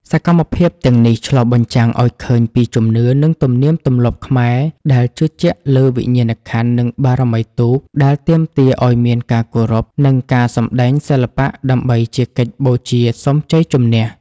សកម្មភាពទាំងនេះឆ្លុះបញ្ចាំងឱ្យឃើញពីជំនឿ និងទំនៀមទម្លាប់ខ្មែរដែលជឿជាក់លើវិញ្ញាណក្ខន្ធ និងបារមីទូក ដែលទាមទារឱ្យមានការគោរព និងការសម្តែងសិល្បៈដើម្បីជាកិច្ចបូជាសុំជ័យជំនះ។